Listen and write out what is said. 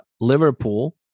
liverpool